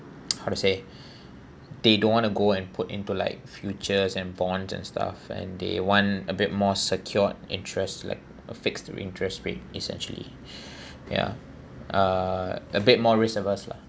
how to say they don't want to go and put into like futures and bonds and stuff and they want a bit more secured interest like a fixed interest rate essentially ya uh a bit more risk-averse lah